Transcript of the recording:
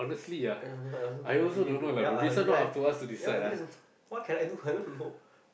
uh yeah yeah I also everyday don't know yeah I everyday yeah this what can I do I don't know